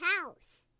house